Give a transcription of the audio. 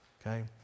Okay